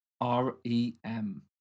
R-E-M